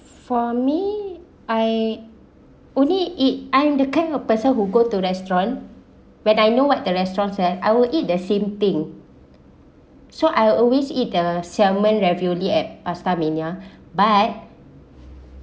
for me I only eat I'm the kind of person who go to restaurant when I know what the restaurants sell I will eat the same thing so I always eat the salmon ravioli at pastamania but